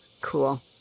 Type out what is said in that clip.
cool